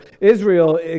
Israel